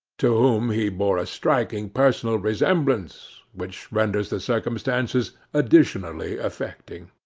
to whom he bore a striking personal resemblance, which renders the circumstances additionally affecting.